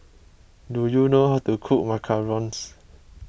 do you know how to cook Macarons